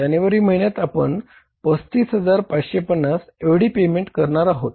जानेवारी महिन्यात आपण 35550 एवढी पेमेंट करणार आहोत